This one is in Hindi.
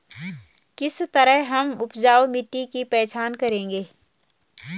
किस तरह हम उपजाऊ मिट्टी की पहचान करेंगे?